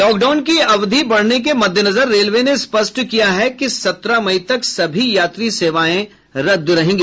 lockdown के अवधि बढ़ने के मददेनजर रेलवे ने स्पष्ट किया है कि सत्रह मई तक सभी यात्री सेवाएं रद्द रहेंगी